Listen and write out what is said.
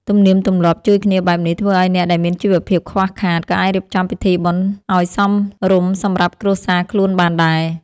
ទំនៀមទម្លាប់ជួយគ្នាបែបនេះធ្វើឱ្យអ្នកដែលមានជីវភាពខ្វះខាត ក៏អាចរៀបចំពិធីបុណ្យឱ្យសមរម្យសម្រាប់គ្រួសារខ្លួនបានដែរ។